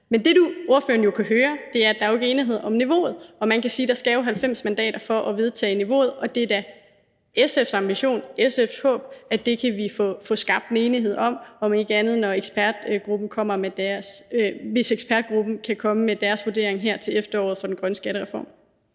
Men det, ordføreren kan høre, er, at der ikke er enighed om niveauet, og man kan sige, at der jo skal 90 mandater til for at kunne vedtage niveauet, og det er da SF's ambition, SF's håb, at det kan vi få skabt en enighed om, om ikke andet så hvis ekspertgruppen kan komme med deres vurdering her til efteråret af den grønne skattereform.